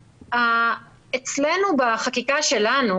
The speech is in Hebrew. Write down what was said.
אצלנו בחקיקה שלנו,